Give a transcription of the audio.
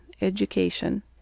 Education